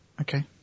okay